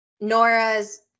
Nora's